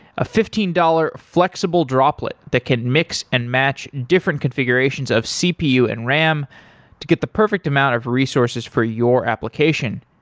a fifteen dollars flexible droplet that can mix and match different configurations of cpu and ram to get the perfect amount of resources for your application.